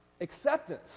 acceptance